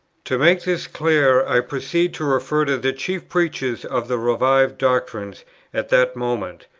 to make this clear, i proceed to refer to the chief preachers of the revived doctrines at that moment,